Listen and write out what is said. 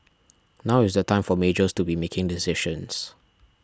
now is the time for majors to be making decisions